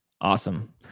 awesome